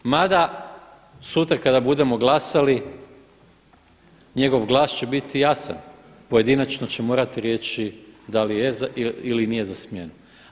Mada sutra kada budemo glasali njegov glas će biti glasan, pojedinačno će morati reći da li je ili nije za smjenu.